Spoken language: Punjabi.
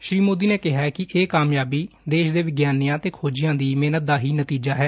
ਸ੍ਰੀ ਮੌਦੀ ਨੇ ਕਿਹਾ ਕਿ ਇਹ ਕਾਮਯਾਬੀ ਦੇਸ਼ ਦੇ ਵਿਗਿਆਨੀਆਂ ਤੇ ਖੋਜੀਆਂ ਦੀ ਦੀ ਮਿਹਨਤ ਦਾ ਹੀ ਨਤੀਜਾ ਹੈ